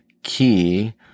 key